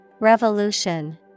Revolution